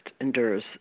endures